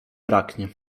braknie